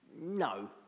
No